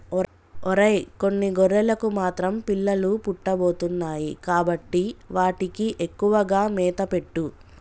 ఒరై కొన్ని గొర్రెలకు మాత్రం పిల్లలు పుట్టబోతున్నాయి కాబట్టి వాటికి ఎక్కువగా మేత పెట్టు